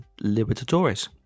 Libertadores